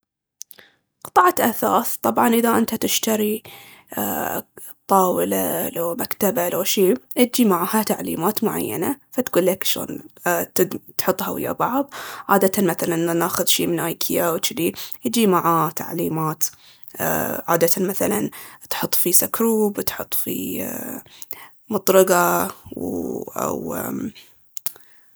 قطعة أثاث. طبعاً انت اذا تشتري طاولة لو مكتبة لو شي اتجي معاها تعليمات معينة تقول ليك شلون تحطها ويا بعض عادةً مثلاً ناخذ شي من إيكيا وجدي تجي معاه تعليمات عادةً مثلاً تحط فيه سكروب وتحط فيه مطرقة